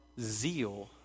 zeal